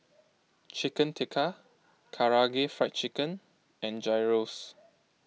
Chicken Tikka Karaage Fried Chicken and Gyros